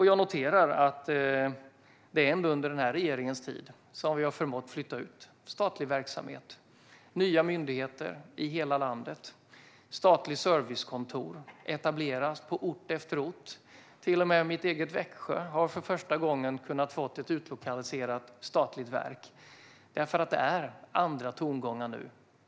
Jag noterar att det är under denna regerings tid som vi har förmått flytta ut statlig verksamhet och nya myndigheter i hela landet. Statliga servicekontor etableras på ort efter ort. Till och med mitt eget Växjö har för första gången kunnat få ett utlokaliserat statligt verk därför att det är andra tongångar nu.